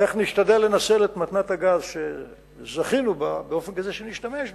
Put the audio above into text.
איך נשתדל לנצל את מתנת הגז שזכינו בה באופן כזה שנשתמש בה.